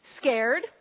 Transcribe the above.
scared